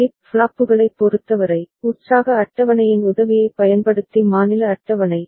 flip ஃப்ளாப்புகளைப் பொறுத்தவரை உற்சாக அட்டவணையின் உதவியைப் பயன்படுத்தி மாநில அட்டவணை